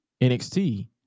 NXT